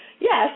Yes